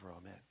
Amen